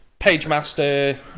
Pagemaster